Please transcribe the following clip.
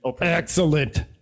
Excellent